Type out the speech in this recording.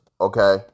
Okay